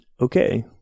okay